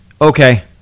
okay